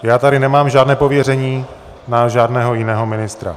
Já tady nemám žádné pověření na žádného jiného ministra.